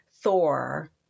Thor